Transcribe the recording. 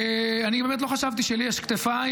ואני באמת לא חשבתי שלי יש כתפיים,